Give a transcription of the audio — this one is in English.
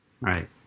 Right